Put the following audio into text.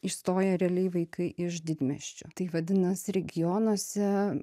išstoja realiai vaikai iš didmiesčių tai vadinas regionuose